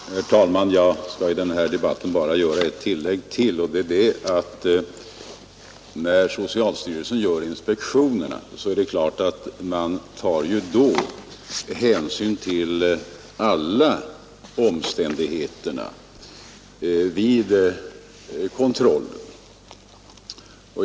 Herr talman! Jag skall i denna debatt bara göra ytterligare ett tillägg. När socialstyrelsen gör inspektionerna tar den naturligtvis hänsyn till alla omständigheter.